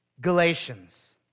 Galatians